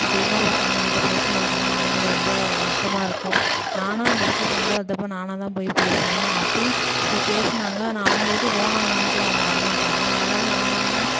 எங்கள் பெரிம்மா பசங்களும் எங்கள்கிட்ட பேசமாட்டாங்க அதனால் எனக்கு ரொம்ப வருத்தமாக இருக்கும் நான் பஸ்ட்டு சண்டை வளர்த்தப்ப நானாகதான் போய் பேசினேன் அப்பயும் சரி பேசுனாங்க நான் அவங்க வீட்டுக்கு போவேன் ஆனால் எங்கள் வீட்டுக்கு அவங்க வரமாட்டாங்க அதனால் நான் என்ன பண்ணிணேன்